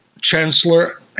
Chancellor